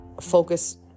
focus